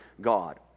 God